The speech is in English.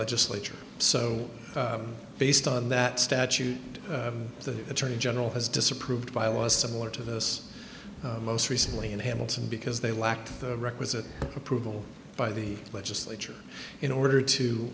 legislature so based on that statute the attorney general has disapproved by was similar to this most recently in hamilton because they lacked the requisite approval by the legislature in order to